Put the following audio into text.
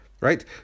right